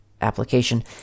application